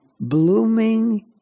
blooming